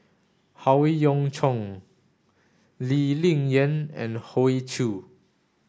Howe Yoon Chong Lee Ling Yen and Hoey Choo